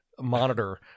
monitor